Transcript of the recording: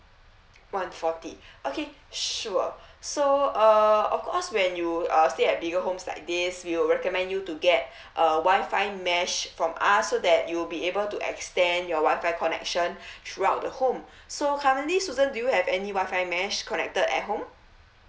one forty okay sure so uh of course when you uh stay at legal homes like these we will recommend you to get WI-FI mesh from us so that you will be able to extend your WI-FI connection throughout the home so currently susan do you have any WI-FI mesh connected at home